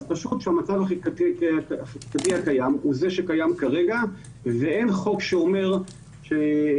המצב החוקתי הקיים הוא זה שקיים כרגע ואין חוק שאומר שהתפטרות,